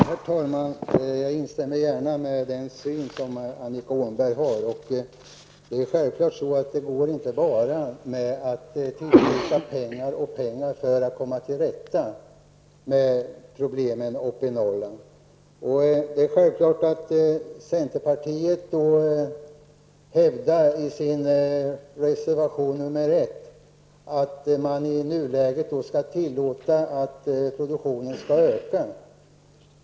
Herr talman! Jag instämmer gärna med det synsätt som Annika Åhnberg här för fram. Självklart går det inte bara att tillskjuta alltmer pengar för att komma till rätta med problemen uppe i Norrland. I reservation 1 hävdar centerpartiet att man i nuläget skall tillåta produktionen att öka.